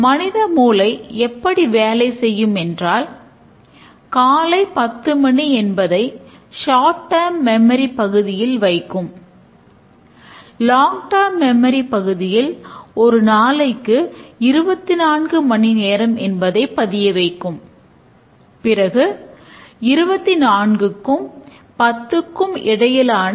hotly எழுதுவதற்கும் மற்றும் இறுதி செயல்படுத்துதல் நிலைக்கும் நாம் இந்த முறையை உபயோகிக்க முடியும்